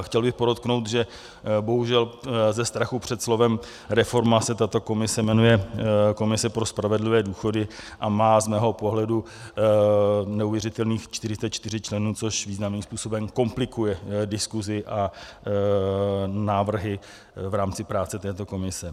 Chtěl bych podotknout, že bohužel ze strachu před slovem reforma se tato komise jmenuje Komise pro spravedlivé důchody a má z mého pohledu neuvěřitelných 44 členů, což významným způsobem komplikuje diskuzi a návrhy v rámci práce této komise.